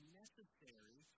necessary